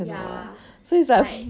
ya like